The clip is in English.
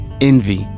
envy